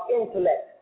intellect